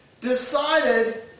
decided